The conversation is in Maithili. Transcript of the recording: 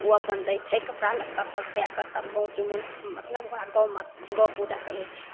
ओ अपन दै छै कपड़ा लत्ता सब दैके तब गइ चुमाओन मतलब ओकरा गउ माँ गउ पूजा कहै छै